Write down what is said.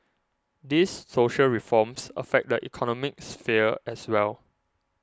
these social reforms affect the economic sphere as well